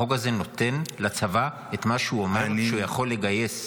החוק הזה נותן לצבא את מה שהוא אומר שהוא יכול לגייס.